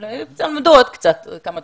הם למדו עוד כמה דברים.